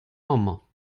amañ